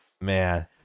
man